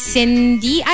Cindy